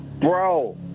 Bro